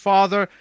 Father